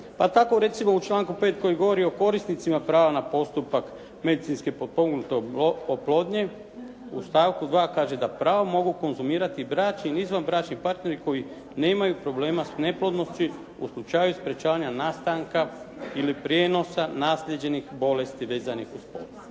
Pa tako recimo u članku 5. koji govori o korisnicima prava na postupak medicinski potpomognute oplodnje u stavku 2. kaže da pravo mogu konzumirati bračni i izvanbračni partneri koji nemaju problema s neplodnosti u slučaju sprečavanja nastanka ili prijenosa naslijeđenih bolesti vezanih uz